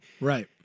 right